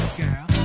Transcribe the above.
girl